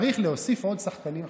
צריך להוסיף שחקנים חדשים.